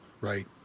right